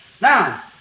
Now